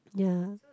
ya